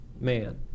man